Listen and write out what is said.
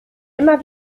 immer